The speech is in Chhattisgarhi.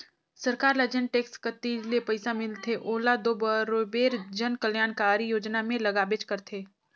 सरकार ल जेन टेक्स कती ले पइसा मिलथे ओला दो बरोबेर जन कलयानकारी योजना में लगाबेच करथे